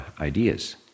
ideas